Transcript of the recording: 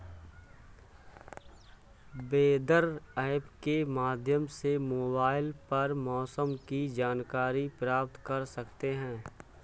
weather app के माध्यम से मोबाइल पर मौसम की जानकारी प्राप्त कर सकते हैं